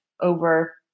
over